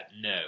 no